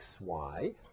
xy